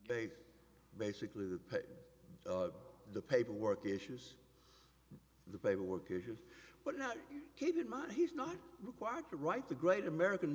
they basically that the paperwork issues the paperwork issue but now keep in mind he's not required to write the great american